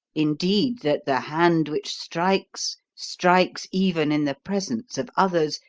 indeed that the hand which strikes strikes even in the presence of others,